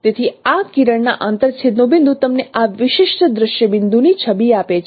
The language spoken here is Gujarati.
તેથી આ કિરણ ના આંતરછેદનો બિંદુ તમને આ વિશિષ્ટ દ્રશ્ય બિંદુની છબી આપે છે